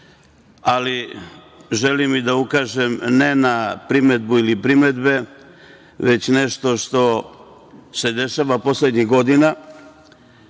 ali želim i da ukažem, ne na primedbu ili primedbe, već nešto što se dešava poslednjih godina,